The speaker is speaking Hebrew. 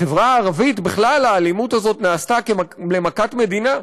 בחברה הערבית בכלל האלימות הזאת נעשתה למכת מדינה,